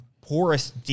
poorest